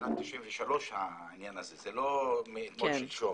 משנת 93' העניין הזה, זה לא מאתמול שלשום.